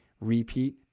repeat